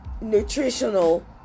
Nutritional